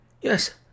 Yes